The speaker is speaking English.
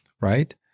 right